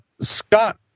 Scott